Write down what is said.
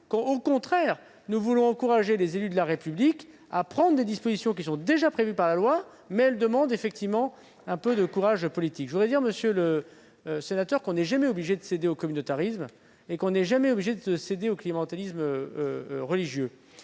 Au contraire, nous voulons encourager les élus de la République à prendre des dispositions qui sont déjà prévues par la loi, mais qui demandent un peu de courage politique. Je voudrais rappeler, monsieur le sénateur, qu'on n'est jamais obligé de céder au communautarisme et au clientélisme religieux.